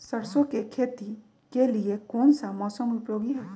सरसो की खेती के लिए कौन सा मौसम उपयोगी है?